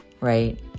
right